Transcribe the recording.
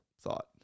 thought